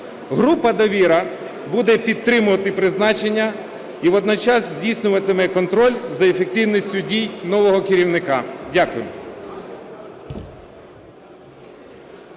Група "Довіра" буде підтримувати призначення і водночас здійснюватиме контроль за ефективністю дій нового керівника. Дякую.